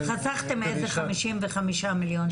חסכתם איזה 55 מיליון שקל.